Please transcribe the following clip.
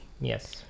Yes